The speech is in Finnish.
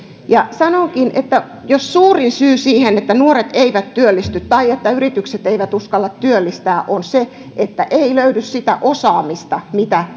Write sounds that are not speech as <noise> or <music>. sanonkin että jos suurin syy siihen että nuoret eivät työllisty tai että yritykset eivät uskalla työllistää on se että ei löydy sitä osaamista mitä <unintelligible>